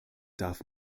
darf